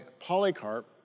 Polycarp